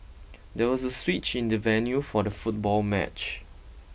there was a switch in the venue for the football match